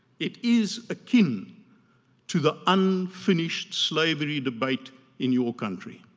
it is akin to the unfinished slavery debate in your country